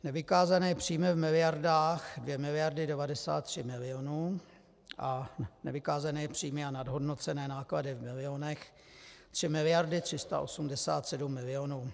Nevykázané příjmy v miliardách 2 miliardy 93 milionů a nevykázané příjmy a nadhodnocené náklady v milionech 3 miliardy 387 milionů.